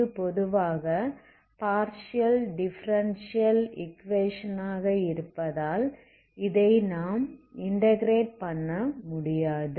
இது பொதுவாக partial differential equation ஆக இருப்பதால் இதை நாம் இன்டகிரேட் பண்ண முடியாது